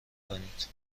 کنید